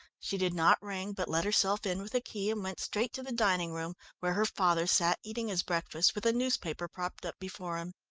she did not ring, but let herself in with a key and went straight to the dining-room, where her father sat eating his breakfast, with a newspaper propped up before him.